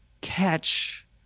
catch